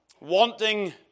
wanting